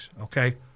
okay